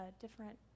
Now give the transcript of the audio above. different